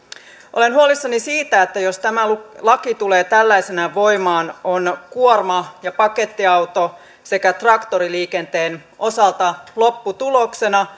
olen huolissani siitä että jos tämä laki tulee tällaisenaan voimaan on kuorma ja pakettiauto sekä traktoriliikenteen osalta lopputuloksena